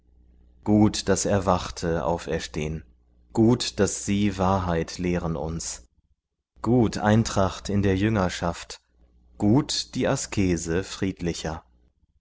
gut daß erwachte auferstehn gut daß sie wahrheit lehren uns gut eintracht in der jüngerschaft gut die askese friedlicher